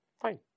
Fine